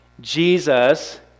Jesus